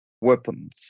weapons